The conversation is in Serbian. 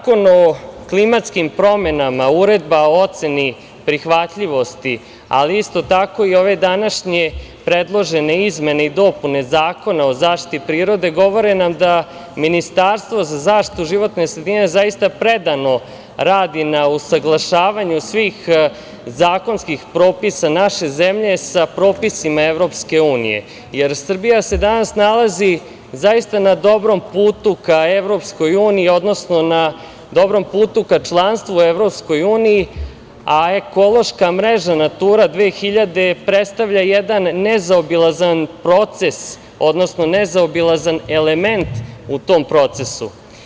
Zakon o klimatskim promenama, Uredba o oceni prihvatljivosti, ali isto tako i ove današnje predložene izmene i dopune Zakona o zaštiti prirode govore nam da Ministarstvo za zaštitu životne sredine zaista predano radi na usaglašavanju svih zakonskih propisa naše zemlje sa propisima Evropske unije, jer Srbija se danas nalazi zaista na dobrom putu ka Evropskoj uniji, odnosno na dobrom putu ka članstvu u Evropskoj uniji, a Ekološka mreža „Natura 2000“ predstavlja jedan nezaobilazan element u tom procesu.